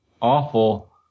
awful